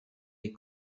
les